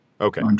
Okay